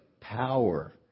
power